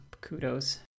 kudos